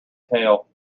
tale